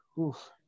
oof